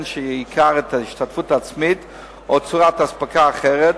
שייקר את ההשתתפות העצמית או צורת אספקה אחרת